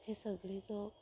हे सगळेच